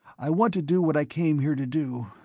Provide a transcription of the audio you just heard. i want to do what i came here to do,